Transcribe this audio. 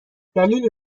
دلیلی